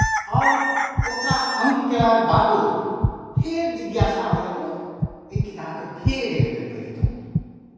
आओर ओकरा अन्त कयलाक बादो फेर जिज्ञासा होइए ओह एहि किताबकेँ फेर एकबेर पढ़ितहुँ